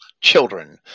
children